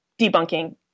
debunking